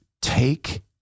take